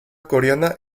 coreana